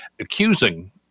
accusing